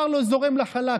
שום דבר לא זורם לה חלק,